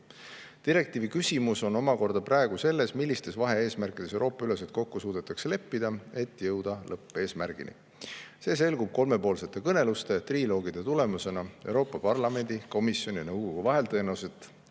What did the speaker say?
Direktiiviküsimus on omakorda praegu selles, millistes vahe-eesmärkides Euroopa-üleselt kokku suudetakse leppida, et jõuda lõppeesmärgini. See selgub kolmepoolsete kõneluste, triloogide tulemusena Euroopa Parlamendi, [Euroopa]